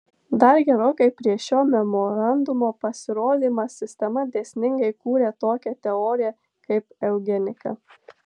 dar gerokai prieš šio memorandumo pasirodymą sistema dėsningai kūrė tokią teoriją kaip eugenika